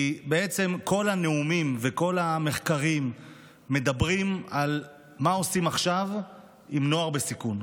כי כל הנאומים וכל המחקרים מדברים על מה עושים עכשיו עם נוער בסיכון.